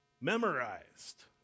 Memorized